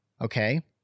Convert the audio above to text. Okay